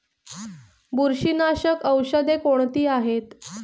बुरशीनाशक औषधे कोणती आहेत?